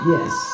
Yes